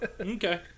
Okay